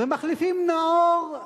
ומחליפים נאור,